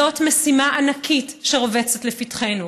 זאת משימה ענקית שרובצת לפתחנו.